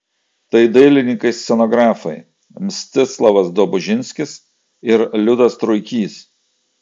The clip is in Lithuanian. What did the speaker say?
tai dailininkai scenografai mstislavas dobužinskis ir liudas truikys